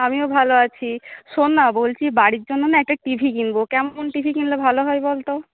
আমিও ভালো আছি শোন নাহ বলছি বাড়ির জন্য না একটা টিভি কিনবো কেমন টিভি কিনলে ভালো হয় বলতো